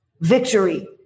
victory